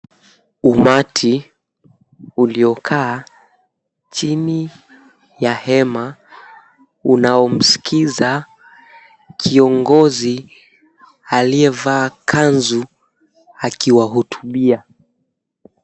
Umati uliokaa chini ya hema unaomsikiza kiongozi aliyevaa kanzu akiwahutubia.